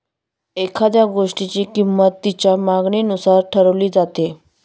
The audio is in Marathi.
एखाद्या गोष्टीची किंमत तिच्या मागणीनुसार ठरवली जाते